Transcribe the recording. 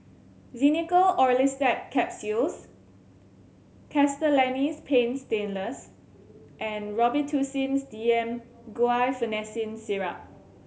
Xenical Orlistat Capsules Castellani's Paint Stainless and Robitussin's D M Guaiphenesin Syrup